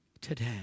today